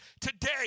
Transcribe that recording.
today